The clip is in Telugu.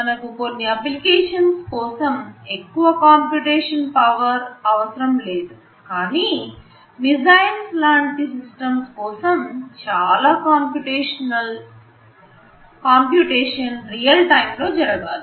మనకు కొన్ని అప్లికేషన్స్ కోసం ఎక్కువ కంప్యుటేషన్ పవర్ అవసరం లేదు కానీ మిస్సైల్ లాంటి సిస్టమ్ కోసం చాలా కంప్యుటేషన్ రియల్ టైం లో జరగాలి